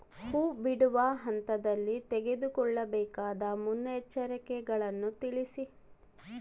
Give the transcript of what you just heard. ಹೂ ಬಿಡುವ ಹಂತದಲ್ಲಿ ತೆಗೆದುಕೊಳ್ಳಬೇಕಾದ ಮುನ್ನೆಚ್ಚರಿಕೆಗಳನ್ನು ತಿಳಿಸಿ?